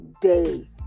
day